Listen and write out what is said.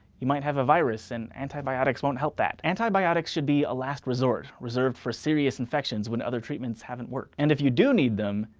you might have a virus and antibiotics won't help that. antibiotics should be a last resort reserved for serious infections, when other treatments haven't worked. and if you do need them,